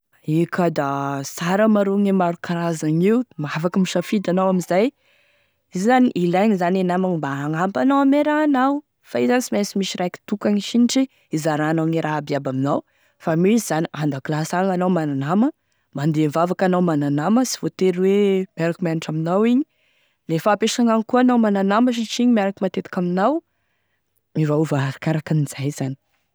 Ae ka, da sara maro e maro karazany io mahafaky misafidy anao am'izay, izy io zany ilaigny zany e nama mba hagnampy anao ame raha anao fa izy zany sy mainsy misy raiky tokagny sinitry hizaranao e raha aby aby aminao, fa misy zany an-dakilasy any anao mana-nama, mandeha mivavaky anao mana nama sy voatery hoe miaraky mianatry aminao igny, lefa ampesagny agny koa anao mana nama satria igny miaraky matetiky aminao, miovaova arakaraky izay zany.